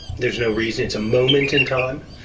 there's no reason. it's a moment in time,